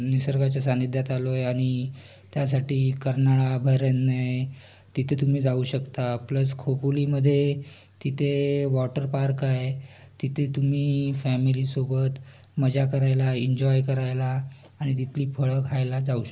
निसर्गाच्या सानिध्यात आलो आहे आणि त्यासाठी कर्नाळा अभयरण्य आहे तिथे तुम्ही जाऊ शकता प्लस खोपोलीमध्ये तिथे वॉटर पार्क आहे तिथे तुम्ही फॅमिलीसोबत मजा करायला इंजॉय करायला आणि तिथली फळं खायला जाऊ शकता